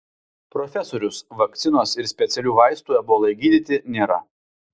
profesorius vakcinos ir specialių vaistų ebolai gydyti nėra